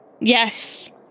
Yes